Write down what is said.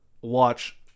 watch